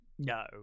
No